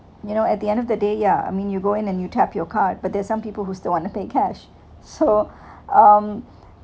you know at the end of the day yeah I mean you go in and you tap your card but there's some people who still want to pay cash so um